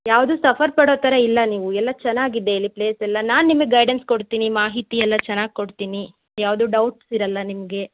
ಯಾವುದೂ ಸಫರ್ ಪಡೋ ಥರ ಇಲ್ಲ ನೀವು ಎಲ್ಲ ಚೆನ್ನಾಗಿದೆ ಇಲ್ಲಿ ಪ್ಲೇಸ್ ಎಲ್ಲ ನಾನು ನಿಮಗೆ ಗೈಡೆನ್ಸ್ ಕೊಡ್ತೀನಿ ಮಾಹಿತಿ ಎಲ್ಲ ಚೆನ್ನಾಗಿ ಕೊಡ್ತೀನಿ ಯಾವುದೂ ಡೌಟ್ಸ್ ಇರಲ್ಲ ನಿಮಗೆ